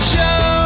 Show